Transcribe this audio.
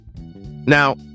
Now